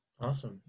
Awesome